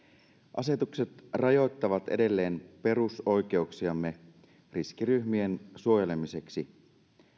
asetukset rajoittavat edelleen perusoikeuksiamme riskiryhmien suojelemiseksi